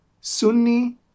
Sunni